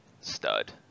stud